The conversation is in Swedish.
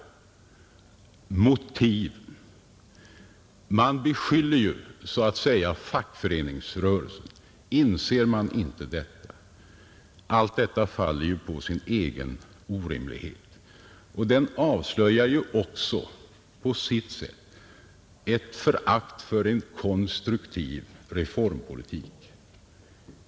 Inser man inte att man anklagar fackföreningsrörelsen? Allt detta faller ju på sin egen orimlighet. Den kommunistiska inställningen avslöjar också på sitt sätt förakt för en konstruktiv reformpolitik.